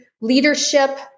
leadership